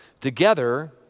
Together